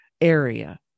area